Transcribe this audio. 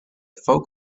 folk